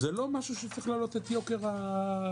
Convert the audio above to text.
זה לא משהו שצריך להעלות את יוקר הפרויקט.